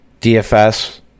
DFS